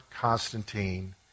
Constantine